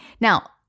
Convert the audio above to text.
Now